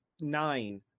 nine